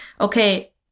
okay